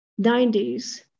90s